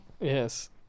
Yes